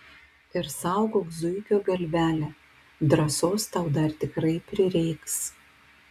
ir saugok zuikio galvelę drąsos tau dar tikrai prireiks